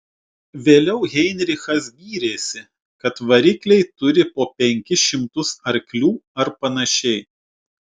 vėliau heinrichas gyrėsi kad varikliai turi po penkis šimtus arklių ar panašiai